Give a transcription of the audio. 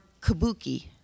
kabuki